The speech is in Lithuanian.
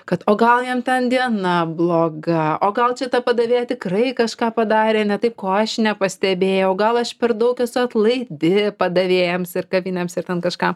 kad o gal jam ten diena bloga o gal čia ta padavėja tikrai kažką padarė ne taip ko aš nepastebėjau gal aš per daug esu atlaidi padavėjams ir kavinėms ir ten kažką